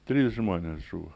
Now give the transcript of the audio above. trys žmonės žuvo